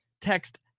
text